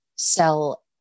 Sell